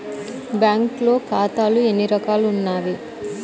బ్యాంక్లో ఖాతాలు ఎన్ని రకాలు ఉన్నావి?